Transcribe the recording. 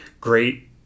great